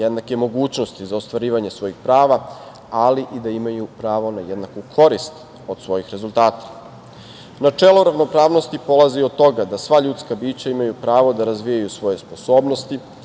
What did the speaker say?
jednake mogućnosti za ostvarivanje svojih prava, ali i da imaju pravo na jednaku korist od svojih rezultata. Načelo ravnopravnosti polazi od toga da sva ljudska bića imaju pravo da razvijaju svoje sposobnosti,